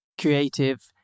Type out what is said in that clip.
creative